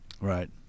Right